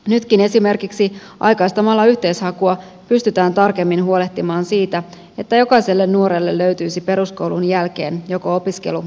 nytkin esimerkiksi aikaistamalla yhteishakua pystytään tarkemmin huolehtimaan siitä että jokaiselle nuorelle löytyisi peruskoulun jälkeen joko opiskelu tai työpaikka